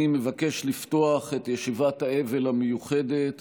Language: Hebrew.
אני מבקש לפתוח את ישיבת האבל המיוחדת